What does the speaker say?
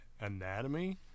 anatomy